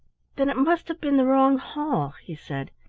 then it must have been the wrong hall, he said.